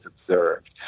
observed